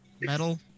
metal